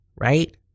right